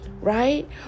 right